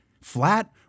flat